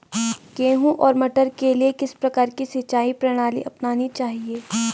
गेहूँ और मटर के लिए किस प्रकार की सिंचाई प्रणाली अपनानी चाहिये?